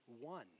one